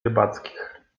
rybackich